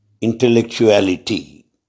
intellectuality